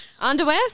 underwear